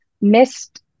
missed